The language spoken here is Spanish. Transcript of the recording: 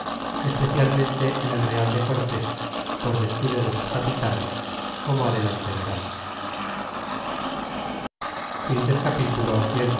especialmente en el real de cortés por descuido de sus capitanes como adelante verán capitulo clii